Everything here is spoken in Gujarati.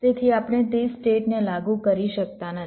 તેથી આપણે તે સ્ટેટને લાગુ કરી શકતા નથી